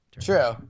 True